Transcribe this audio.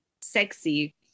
sexy